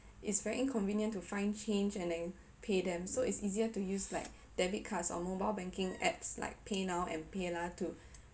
it's very inconvenient to find change and and then pay them so it's easier to use like debit cards or mobile banking apps like paynow and paylah to